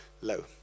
low